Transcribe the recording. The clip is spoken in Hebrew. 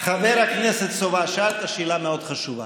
חבר הכנסת סובה, שאלת שאלה מאוד חשובה.